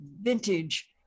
vintage